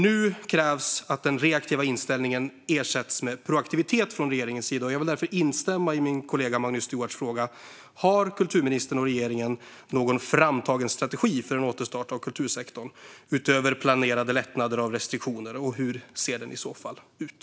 Nu krävs att den reaktiva inställningen ersätts med proaktivitet från regeringens sida. Jag vill därför instämma i min kollega Magnus Stuarts fråga: Har kulturministern och regeringen någon framtagen strategi för en återstart av kultursektorn, utöver planerade lättnader av restriktioner, och hur ser den i så fall ut?